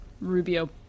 Rubio